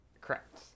Correct